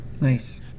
nice